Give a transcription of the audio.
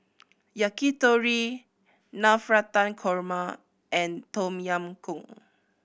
Yakitori Navratan Korma and Tom Yam Goong